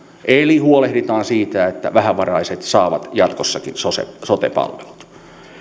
eli huolehditaan siitä että vähävaraiset saavat jatkossakin sote palvelut